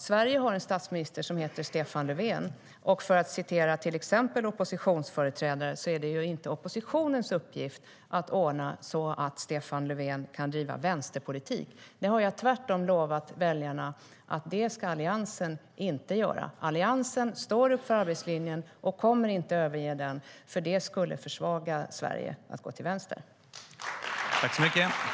Sverige har en statsminister som heter Stefan Löfven. För att citera till exempel oppositionsföreträdare är det inte oppositionens uppgift att ordna så att Stefan Löfven kan driva vänsterpolitik.